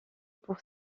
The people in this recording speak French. pour